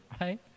right